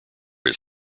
his